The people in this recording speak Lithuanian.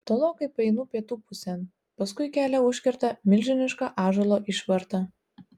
tolokai paeinu pietų pusėn paskui kelią užkerta milžiniška ąžuolo išvarta